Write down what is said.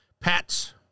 pets